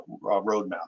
roadmap